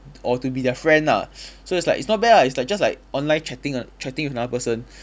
or to be their friend ah so it's like it's not bad ah it's like just like online chatting err chatting with another person